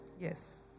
yes